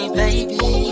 baby